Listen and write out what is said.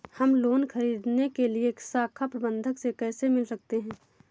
हम लोन ख़रीदने के लिए शाखा प्रबंधक से कैसे मिल सकते हैं?